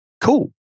cool